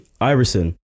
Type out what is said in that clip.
iverson